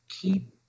keep